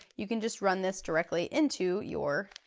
you can just run this directly into your